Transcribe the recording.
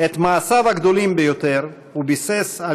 את מעשיו הגדולים ביותר הוא ביסס על